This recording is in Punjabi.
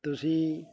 ਤੁਸੀਂ